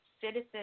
citizens